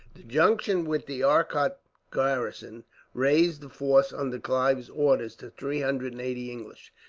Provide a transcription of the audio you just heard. the junction with the arcot garrison raised the force under clive's orders to three hundred and eighty english,